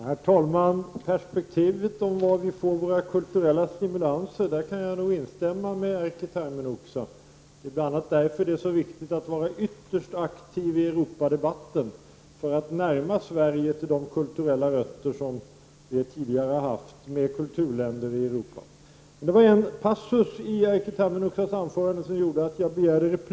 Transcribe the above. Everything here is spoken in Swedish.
Herr talman! Jag instämmer med Erkki Tammenoksa i det han sade om var vi får våra kulturella stimulanser ifrån. Det är bl.a. därför det är så viktigt att vara ytterst aktiv i Europadebatten för att kunna närma Sverige till de kulturella rötter vi tidigare delade med kulturländer i Europa. Det var en passus i Erkki Tammenoksas anförande som fick mig att begära ordet.